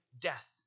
death